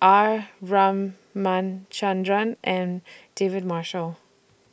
R Ramachandran and David Marshall